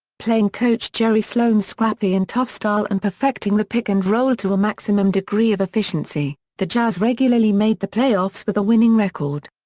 playing coach jerry sloan's scrappy and tough style and perfecting the pick and roll to a maximum degree of efficiency, the jazz regularly made the playoffs with a winning record.